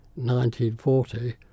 1940